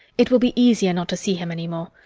it will be easier not to see him any more.